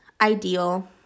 ideal